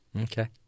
Okay